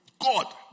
God